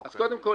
אז קודם כל,